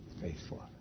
faithful